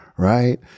Right